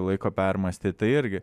laiko permąstyt tai irgi